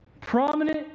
Prominent